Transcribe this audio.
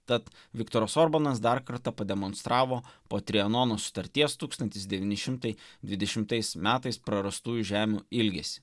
tad viktoras orbanas dar kartą pademonstravo po trianono sutarties tūkstantis devyni šimtai dvidešimtais metais prarastųjų žemių ilgesį